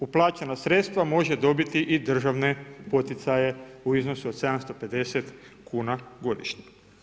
uplaćena sredstva može dobiti i državne poticaje u iznosu od 750 kuna godišnje.